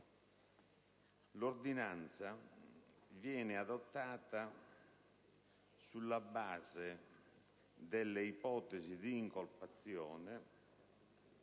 L'ordinanza è stata adottata sulla base delle ipotesi di incolpazione